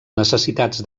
necessitats